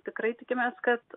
tikrai tikimės kad